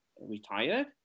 retired